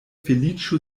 feliĉo